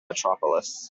metropolis